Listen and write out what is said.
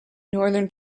northern